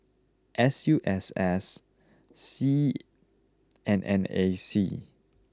S U S S Seab and N A C